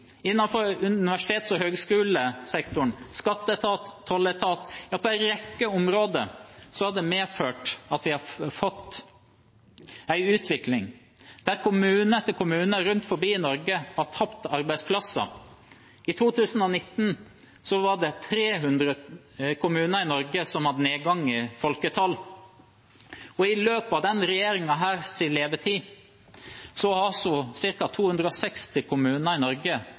universitets- og høyskolesektoren, skatteetat og tolletat. På en rekke områder har det medført at vi har fått en utvikling der kommune etter kommune rundt omkring i Norge har tapt arbeidsplasser. I 2019 var det 300 kommuner i Norge som hadde nedgang i folketallet. I løpet av denne regjeringens levetid har 260 kommuner i Norge til sammen hatt en nedgang på nærmere 6 000 statlige arbeidsplasser, mens de ti største kommunene i Norge